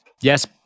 Yes